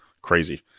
Crazy